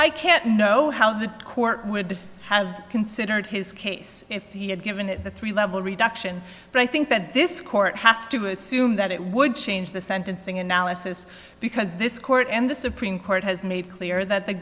i can't know how the court would have considered his case if he had given it a three level reduction but i think that this court has to assume that it would change the sentencing analysis because this court in the supreme court has made clear that the